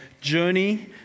journey